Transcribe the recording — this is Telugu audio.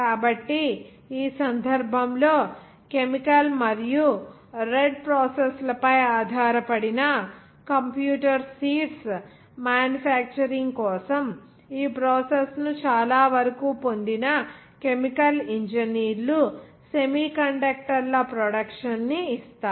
కాబట్టి ఈ సందర్భంలో కెమికల్ మరియు రెడ్ ప్రాసెస్ లపై ఆధారపడిన కంప్యూటర్ సీడ్స్ మ్యానుఫ్యాక్చరింగ్ కోసం ఈ ప్రాసెస్ ను చాలా వరకు పొందిన కెమికల్ ఇంజనీర్లు సెమీకండక్టర్ల ప్రొడక్షన్ ని ఇస్తారు